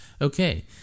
Okay